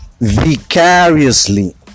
vicariously